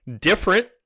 different